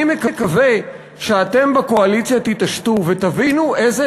אני מקווה שאתם בקואליציה תתעשתו ותבינו איזה